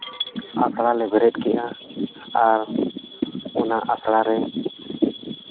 ᱟᱥᱲᱟ ᱞᱮ ᱵᱮᱨᱮᱫ ᱠᱮᱜᱼᱟ ᱟᱨ ᱚᱱᱟ ᱟᱥᱲᱟ ᱨᱮ